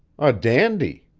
a dandy!